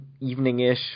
evening-ish